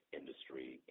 industry